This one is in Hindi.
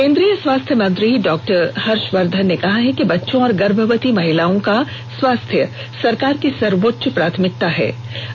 केन्द्रीय स्वास्थ्य मंत्री डॉक्टर हर्षवर्धन ने कहा कि बच्चों और गर्भवती महिलाओं का स्वास्थ्य सरकार की सर्वोच्च प्राथमिकता बनी हई है